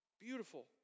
Beautiful